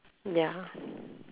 ya